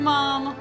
Mom